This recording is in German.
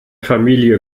familie